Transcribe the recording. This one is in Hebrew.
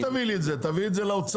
אל תביא לי את זה; תביא את זה לאוצר.